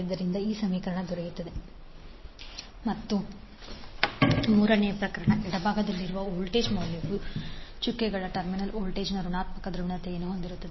ಆದ್ದರಿಂದ I2I1 N1N2 ಮತ್ತು ಮೂರನೆಯ ಪ್ರಕರಣ ಎಡಭಾಗದಲ್ಲಿರುವ ವೋಲ್ಟೇಜ್ಗಳ ಮೌಲ್ಯವು ಚುಕ್ಕೆಗಳ ಟರ್ಮಿನಲ್ ವೋಲ್ಟೇಜ್ನ ಋಣಾತ್ಮಕ ಧ್ರುವೀಯತೆಯನ್ನು ಹೊಂದಿರುತ್ತದೆ